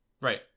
right